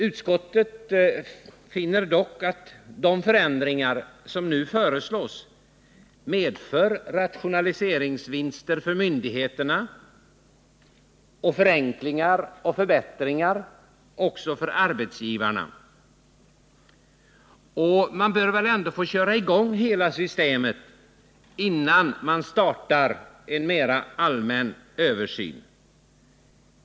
Utskottet finner dock att de förändringar som nu föreslås medför rationaliseringsvinster för myndigheterna och förenklingar och förbättringar också för arbetsgivarna. Och man bör väl ändå få köra i gång hela systemet innan man startar en: mer allmän översyn.